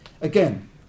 Again